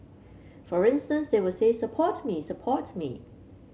for instance they will say support me support me